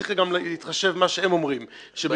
צריך להתחשב גם במה שהם אומרים --- בילד,